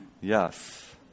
yes